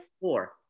four